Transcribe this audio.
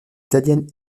italienne